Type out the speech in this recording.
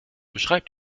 beschreibt